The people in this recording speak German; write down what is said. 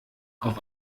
auf